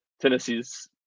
Tennessee's